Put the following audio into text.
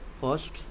first